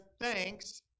thanks